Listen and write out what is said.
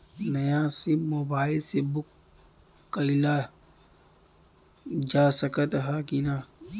नया SIM mobile से book कइलजा सकत ह कि ना?